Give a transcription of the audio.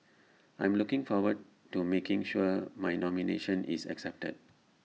I'm looking forward to making sure my nomination is accepted